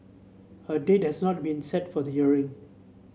a date has not been set for the hearing